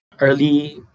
early